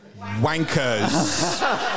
Wankers